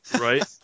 Right